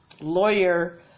lawyer